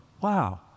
wow